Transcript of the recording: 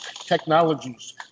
technologies